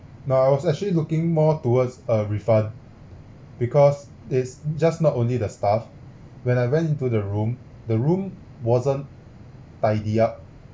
now I was actually looking more towards a refund because it's just not only the staff when I went into the room the room wasn't tidy up